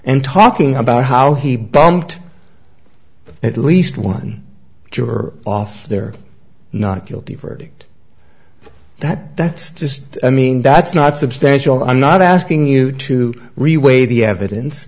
and talking about how he bumped at least one juror off their not guilty verdict that that's just i mean that's not substantial i'm not asking you to reweigh the evidence